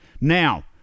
Now